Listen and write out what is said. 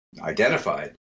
identified